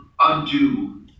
undo